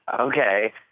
okay